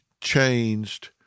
changed